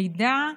מידע,